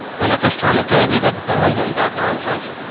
and at this time of day we've abandoned that nonsense.